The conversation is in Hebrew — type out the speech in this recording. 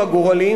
(חבר הכנסת מיכאל בן-ארי יוצא מאולם המליאה.)